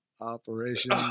Operation